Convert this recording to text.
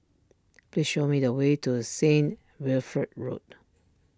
please show me the way to Saint Wilfred Road